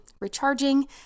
recharging